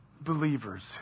believers